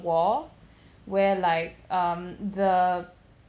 war where like um the